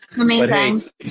Amazing